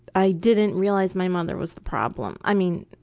i didn't realize my mother was the problem, i mean,